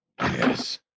Yes